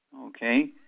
Okay